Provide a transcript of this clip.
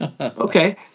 Okay